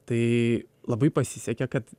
tai labai pasisekė kad